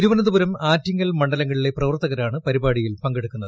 തിരുവനന്തപുരം ആറ്റിങ്ങൽ മണ്ഡലങ്ങളിലെ പ്രവർത്തകരാണ് പരിപാടിയിൽ പങ്കെടുക്കുന്നത്